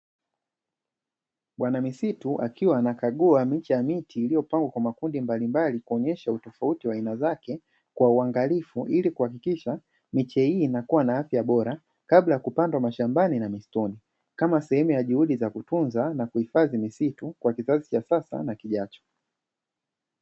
Bwana misitu akiwa anakagua miche ya miti iliyopangwa kwa makundi mbalimbali kuonyesha utofauti wa aina zake kwa uangalifu, ili kuhakikisha miche hii inakuwa na afya bora, kabla ya kupandwa mashambani na misituni, kama sehemu ya juhudi za kutunza na kuhifadhi misitu kwa kizazi cha sasa na kijacho.